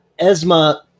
Esma